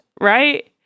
right